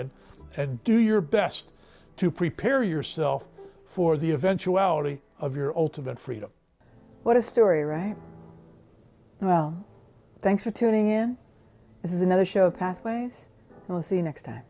it and do your best to prepare yourself for the eventuality of your ultimate freedom what a story right now thanks for tuning in this is another show pathway we'll see next time